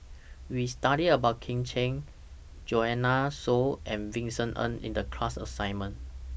We studied about Kit Chan Joanne Soo and Vincent Ng in The class assignment